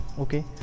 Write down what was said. okay